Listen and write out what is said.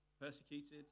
persecuted